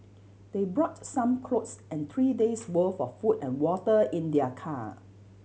they brought some clothes and three days' worth of food and water in their car